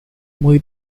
muy